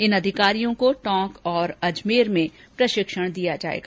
इन अधिकारियों को टोंक और अजमेर में प्रशिक्षण दिया जाएगा